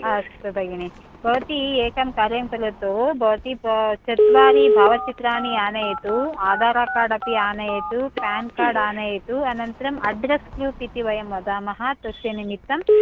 अस्तु भगिनि भवती एकं कार्यं करोतु भवती चत्वारि भावचित्राणि आनयतु आधाार कार्ड् अपि आनयतु पेन् कार्ड् आनयतु अनन्तरम् अड्रेस् प्रूप् इति वयं वदामः तस्य निमित्तं